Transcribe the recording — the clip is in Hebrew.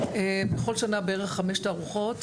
בכל שנה בערך 5 תערוכות.